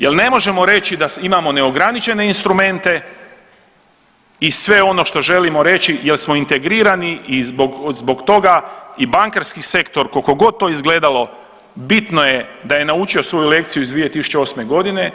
Jer ne možemo reći da imamo ograničene instrumente i sve ono što želimo reći jer smo integrirani i zbog toga i bankarski sektor koliko god to izgledalo bitno je da je naučio svoju lekciju iz 2008. godine.